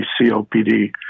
COPD